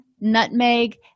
nutmeg